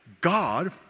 God